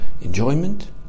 enjoyment